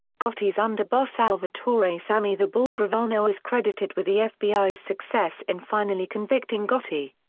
gotti's underboss salvatore sammy the bull gravano is credited with the fbi's success in finally convicting gotti.